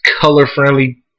color-friendly